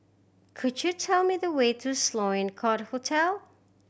could you tell me the way to Sloane Court Hotel